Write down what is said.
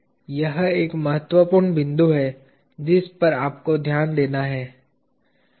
यह एक महत्वपूर्ण बिंदु है जिस पर आपको ध्यान देना है